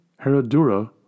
Herodura